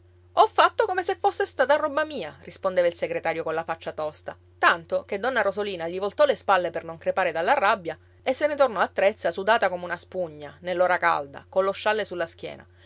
ho fatto come se fosse stata roba mia rispondeva il segretario con la faccia tosta tanto che donna rosolina gli voltò le spalle per non crepare dalla rabbia e se ne tornò a trezza sudata come una spugna nell'ora calda collo scialle sulla schiena